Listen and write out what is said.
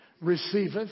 Receiveth